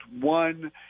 one